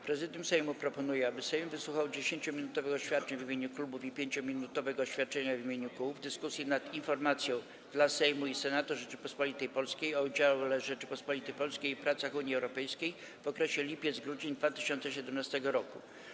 Prezydium Sejmu proponuje, aby Sejm wysłuchał 10-minutowych oświadczeń w imieniu klubów i 5-minutowego oświadczenia w imieniu koła w dyskusji nad informacją dla Sejmu i Senatu Rzeczypospolitej Polskiej o udziale Rzeczypospolitej Polskiej w pracach Unii Europejskiej w okresie lipiec-grudzień 2017 r.